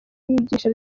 yigisha